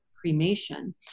cremation